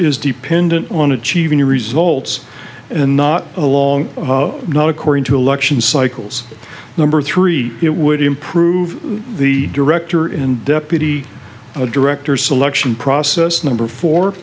is dependent on the civi results and not along not according to election cycles number three it would improve the director and deputy director selection process number four